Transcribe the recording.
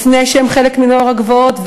לפני שהם חלק מ"נוער הגבעות",